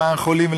למען חולים?